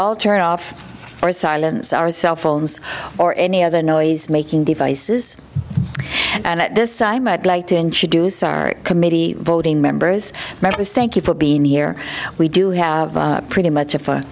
all turn off or silence our cell phones or any other noise making devices and at this time i'd like to introduce our committee voting members members thank you for being here we do have pretty much a